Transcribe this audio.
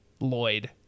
Lloyd